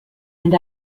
and